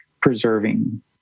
preserving